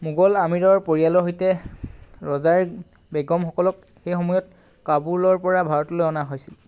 মোগল আমিৰৰ পৰিয়ালৰ সৈতে ৰজাৰ বেগমসকলক সেই সময়ত কাবুলৰ পৰা ভাৰতলৈ অনা হৈছিল